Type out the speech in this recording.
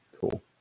cool